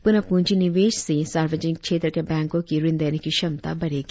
पुनः पूंजी निवेश से सार्वजनिक क्षेत्र के बैंको की ऋण देने की क्षमता बढ़ॆगी